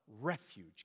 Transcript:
refuge